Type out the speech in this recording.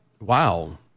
Wow